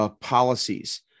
policies